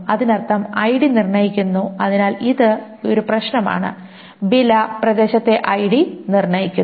അതിനർത്ഥം ഐഡി നിർണ്ണയിക്കുന്നു അതിനാൽ ഇത് ഒരു പ്രശ്നമാണ് വില പ്രദേശത്തെ ഐഡി നിർണ്ണയിക്കുന്നു